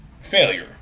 failure